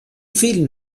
vielen